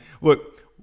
look